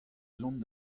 zont